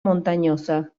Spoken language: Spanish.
montañosa